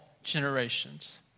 generations